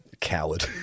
coward